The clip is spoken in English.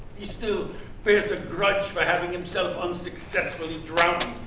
he still bears a grudge for having himself unsuccessfully drowned.